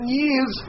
years